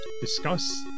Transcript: discuss